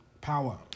power